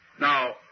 Now